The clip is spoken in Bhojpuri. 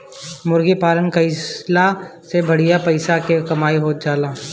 मुर्गी पालन कईला से बढ़िया पइसा के कमाई हो जाएला